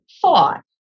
thought